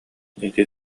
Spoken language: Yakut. ити